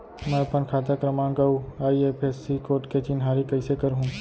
मैं अपन खाता क्रमाँक अऊ आई.एफ.एस.सी कोड के चिन्हारी कइसे करहूँ?